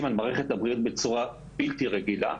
על מערכת הבריאות בצורה בלתי רגילה.